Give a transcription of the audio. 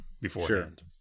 beforehand